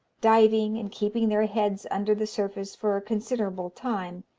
diving and keeping their heads under the surface for a considerable time,